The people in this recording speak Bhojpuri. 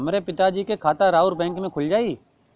हमरे पिता जी के खाता राउर बैंक में खुल जाई?